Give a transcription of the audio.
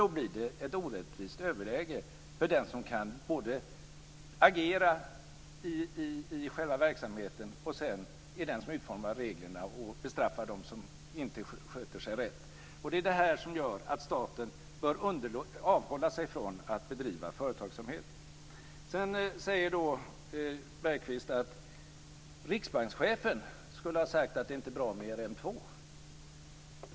Då blir det ett orättvist överläge för den som samtidigt kan agera i verksamheten, utforma reglerna och sedan bestraffa dem som inte sköter sig rätt. Det är detta som gör att staten bör avhålla sig från att bedriva företagsamhet. Jan Bergqvist sade att riksbankschefen skulle ha sagt att det inte är bra med ERM 2.